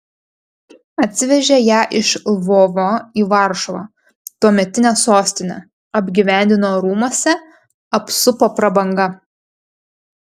atsivežė ją iš lvovo į varšuvą tuometinę sostinę apgyvendino rūmuose apsupo prabanga